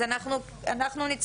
אז אנחנו נצטרך